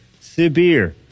Sibir